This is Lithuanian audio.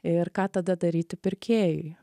ir ką tada daryti pirkėjui